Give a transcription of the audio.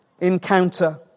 encounter